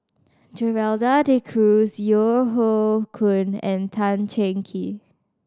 Gerald De Cruz Yeo Hoe Koon and Tan Cheng Kee